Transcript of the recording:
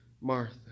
Martha